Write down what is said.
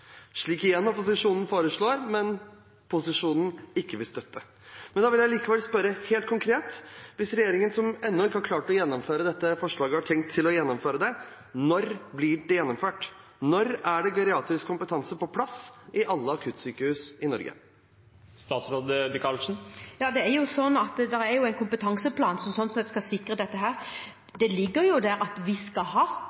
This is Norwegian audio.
opposisjonen igjen foreslår, men som posisjonen ikke vil støtte. Jeg vil likevel spørre, helt konkret: Hvis regjeringen, som ennå ikke har klart å gjennomføre dette forslaget, har tenkt å gjennomføre det – når blir det gjennomført? Når er det geriatrisk kompetanse på plass i alle akuttsykehus i Norge? Det er en kompetanseplan som skal sikre dette. Dette er ikke noe nytt. Det ligger til grunn at vi skal